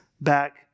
back